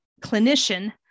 clinician